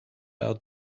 out